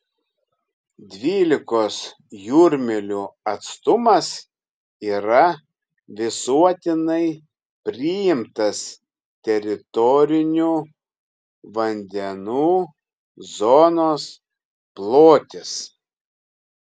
dvylikos jūrmylių atstumas yra visuotinai priimtas teritorinių vandenų zonos plotis